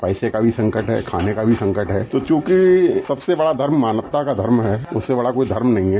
पैसे का भी संकट है खाने का भी संकट है तो चूंकि सबसे बड़ा धर्म मानवता का धर्म है और इससे बड़ा कोई धर्म नहीं है